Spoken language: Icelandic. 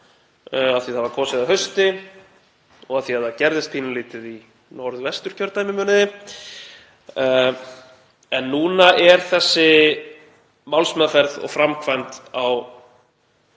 af því það var kosið að hausti og af því að það gerðist pínulítið í Norðvesturkjördæmi, munið þið. En núna er þessi málsmeðferð og framkvæmd á